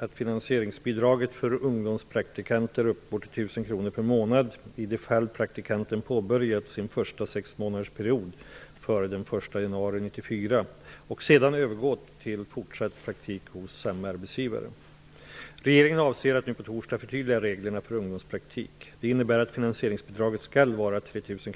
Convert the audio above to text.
ett finansieringsbidrag för ungdomspraktikanter. De första sex månaderna skall arbetsgivaren betala 1 000 kr per månad för en praktikant. Om praktikanten anvisas fortsatt praktik är kostnaden 3 000 kr per månad. Det har kommit till min kännedom att det har uppstått tolkningsproblem ute på förmedlingarna, vilket allvarligt drabbar de berörda ungdomarna.